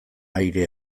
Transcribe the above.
aire